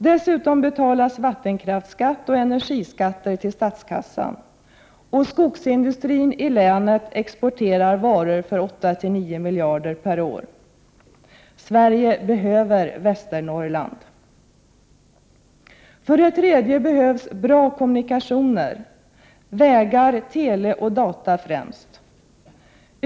Dessutom betalas vattenkraftsskatt och energiskatter till statskassan, och skogsindustrin i länet exporterar varor för 8-9 miljarder per år. Sverige behöver Västernorrland. För det tredje behövs bra kommunikationer, främst vägar, tele och data.